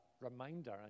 reminder